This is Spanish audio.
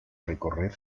recorrer